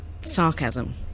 sarcasm